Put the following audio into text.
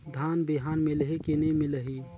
धान बिहान मिलही की नी मिलही?